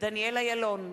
דניאל אילון,